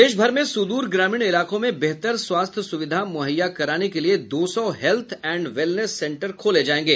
प्रदेश भर में सुदूर ग्रामीण इलाकों में बेहतर स्वास्थ्य सुविधा मुहैया कराने के लिये दो सौ हेल्थ एंड वेलनेस सेंटर खोले जायेंगे